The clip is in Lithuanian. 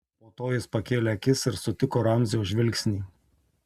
po to jis pakėlė akis ir sutiko ramzio žvilgsnį